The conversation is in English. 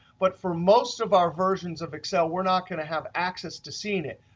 but for most of our versions of excel, we're not going to have access to seeing it.